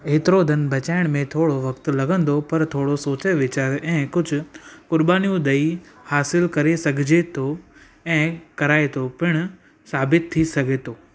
हेतिरो धन बचाइण में थोरो वक़्तु लॻंदो पर थोरो सोचे वीचारु ऐं कुझु क़ुर्बानियूं ॾई हासिल करे सघिजे थो ऐं कराए थो पिणु साबित थी सघे थो